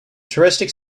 touristic